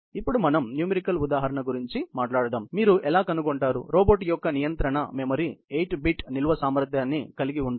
ఇప్పుడు మనం న్యూమరికల్ ఉదాహరణ గురించి మాట్లాడుదాం మీరు ఎలా కనుగొంటారు రోబోట్ యొక్క నియంత్రణ మెమరీ 8 బిట్ నిల్వ సామర్థ్యాన్ని కలిగి ఉంటుంది